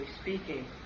speaking